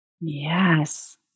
Yes